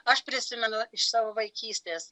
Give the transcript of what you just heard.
aš prisimenu iš savo vaikystės